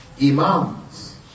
imams